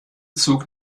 zug